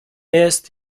jest